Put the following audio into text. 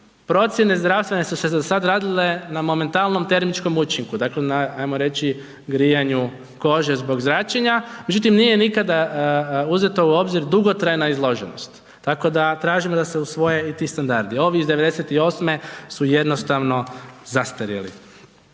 Procjene zdravstva su se za sad radile na momentalnom termičkom učinku, dakle, hajmo reći na grijanju kože zbog zračenja, međutim nije nikada uzeto u obzir dugotrajna izloženost, tako da tražimo da se usvoje i ti standardi. Ovi iz 98. su jednostavno zastarjeli.